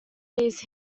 these